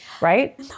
right